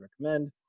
recommend